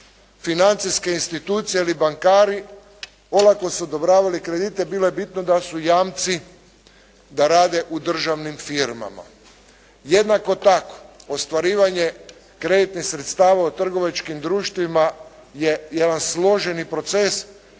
financijske institucije ili bankari olako su odobravali kredite, bilo je bitno da su jamci, da rade u državnim firmama. Jednako tako ostvarivanje kreditnih sredstava u trgovačkim društvima je jedan složeni proces,